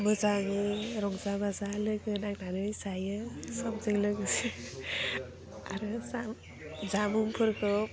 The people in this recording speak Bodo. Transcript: मोजाङै रंजा बाजा लोगो नांनानै जायो समजों लोगोसे आरो जा जामुंफोरखौ